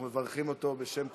אנחנו מברכים אותו בשם כולם,